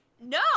No